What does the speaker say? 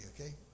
okay